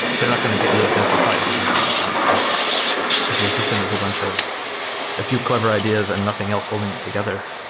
they're not going to get you a fancy price or anything like that. but if your system has a bunch of a few clever ideas and nothing else holding it together,